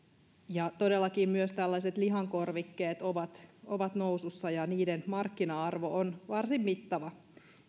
todellakin myös tällaiset lihankorvikkeet ovat ovat nousussa ja niiden markkina arvo on varsin mittava